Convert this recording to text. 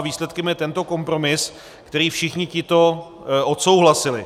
Výsledkem je tento kompromis, který všichni tito odsouhlasili.